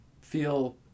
feel